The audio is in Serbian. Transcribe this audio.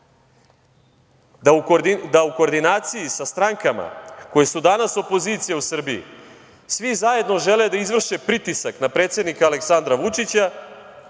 da u koordinaciji sa strankama koje su danas opozicija u Srbiji, svi zajedno žele da izvrše pritisak na predsednika Aleksandra Vučića